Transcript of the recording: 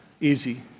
easy